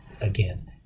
again